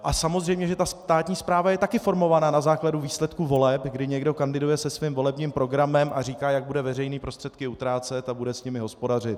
A samozřejmě že státní správa je taky formovaná na základě výsledků voleb, kdy někdo kandiduje se svým volebním programem a říká, jak bude veřejné prostředky utrácet a bude s nimi hospodařit.